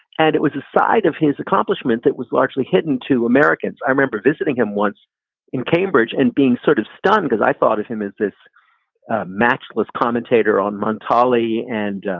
and it was a side of his accomplishment that was largely hidden to americans. i remember visiting him once in cambridge and being sort of stunned because i thought of him as this matchless commentator on mentally and